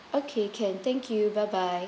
okay can thank you bye bye